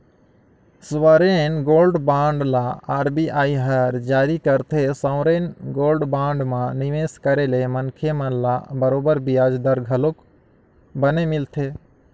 sovereign gold bond ल RBI हर जारी करथे, सॉवरेन गोल्ड बांड म निवेस करे ले मनखे मन ल बरोबर बियाज दर घलोक बने मिलथे